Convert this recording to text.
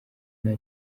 nta